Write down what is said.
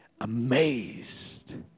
amazed